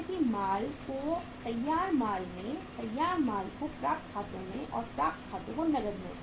WIP माल को तैयार माल में तैयार माल को प्राप्त खातों में और प्राप्त खातों को नकद में